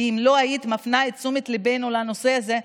כי אם לא היית מפנה את תשומת ליבנו לנושא הזה,